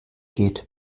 geht